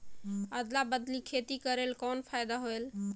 अदली बदली खेती करेले कौन फायदा होयल?